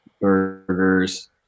burgers